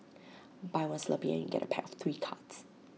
buy one Slurpee and you get A pack of three cards